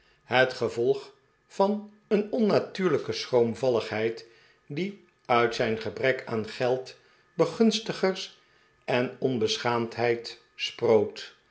het gevolg van een onnatuurlijke schroomvalligheid die uit zijn gebrek aan geld begunstigers en onbeschaamdheid sproot